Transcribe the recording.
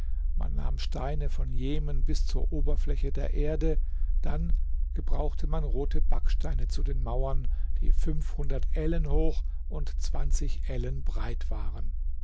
man nahm steine von jenem bis zur oberfläche der erde dann gebrauchte man rote backsteine zu den mauern die fünfhundert ellen hoch und zwanzig ellen breit waren